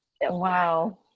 Wow